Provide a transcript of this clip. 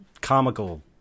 comical